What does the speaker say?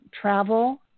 travel